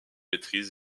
maîtrise